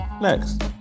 next